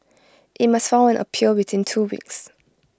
IT must file an appeal within two weeks